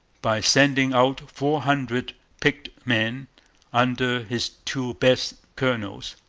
by sending out four hundred picked men under his two best colonels,